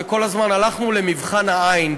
וכל הזמן הלכנו למבחן העין.